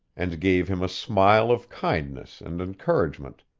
and gave him a smile of kindness and encouragement,